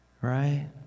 right